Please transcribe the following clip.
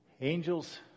angels